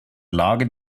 lage